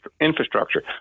infrastructure